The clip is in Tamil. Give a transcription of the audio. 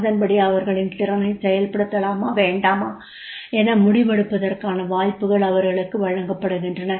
அதன்படி அவர்களின் திறனைச் செயல்படுத்தலாமா வேண்டாமா என முடிவெடுப்பதற்கான வாய்ப்புகள் அவர்களுக்கு வழங்கப்படுகின்றன